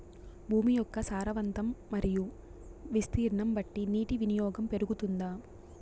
భూమి యొక్క సారవంతం మరియు విస్తీర్ణం బట్టి నీటి వినియోగం పెరుగుతుందా?